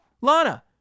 Lana